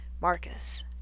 Marcus